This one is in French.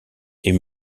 est